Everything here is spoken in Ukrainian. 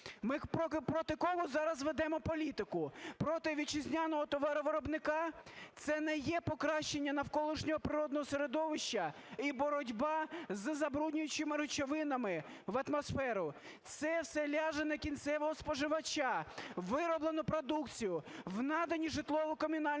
Ми проти кого зараз ведемо політику? Проти вітчизняного товаровиробника? Це не є покращення навколишнього природного середовища і боротьба з забруднюючими речовинами в атмосферу, це все ляже на кінцевого споживача, вироблену продукцію, в надані житлово-комунальні